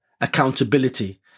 accountability